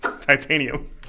titanium